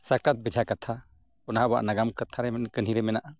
ᱥᱟᱠᱨᱟᱛ ᱵᱮᱡᱷᱟ ᱠᱟᱛᱷᱟ ᱚᱱᱟ ᱟᱵᱚᱣᱟᱜ ᱱᱟᱜᱟᱢ ᱠᱟᱛᱷᱟ ᱨᱮ ᱠᱟᱹᱦᱱᱤ ᱨᱮ ᱢᱮᱱᱟᱜᱼᱟ